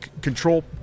Control